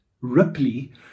ripley